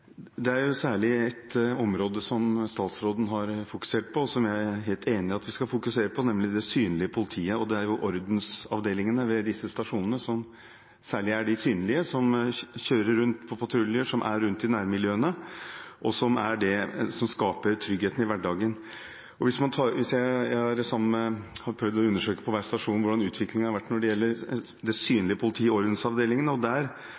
Det er særlig ett område som statsråden har fokusert på, og som jeg er helt enig i at vi skal fokusere på, nemlig det synlige politiet. Det er ordensavdelingene ved disse stasjonene som særlig er de synlige som kjører rundt på patruljer, som er rundt i nærmiljøene, og som er det som skaper tryggheten i hverdagen. Jeg har prøvd å undersøke hvordan utviklingen har vært på hver stasjon når det gjelder det synlige politiet i ordensavdelingene, og der